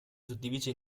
suddivisi